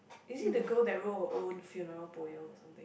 is it the girl that wrote her own funeral poem or something